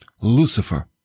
Lucifer